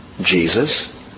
Jesus